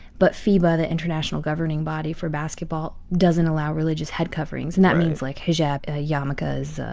but feba, the international governing body for basketball, doesn't allow religious head coverings. and that means like hijab, ah yarmulkes,